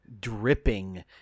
dripping